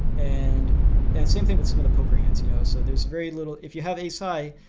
and and same thing with some of the poker hands, you know so there's very little if you have ace high,